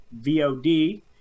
VOD